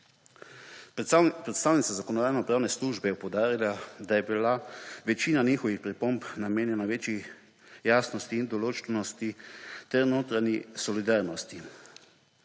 Predstavnica Zakonodajno-pravne službe je poudarila, da je bila večina njihovih pripomb namenjena večji jasnosti in določnosti ter notranji skladnosti